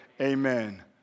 amen